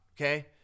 okay